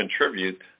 contribute